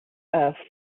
earth